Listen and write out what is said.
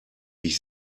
ich